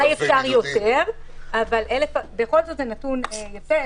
אולי אפשר יותר אבל בכל זאת זה נתון יפה,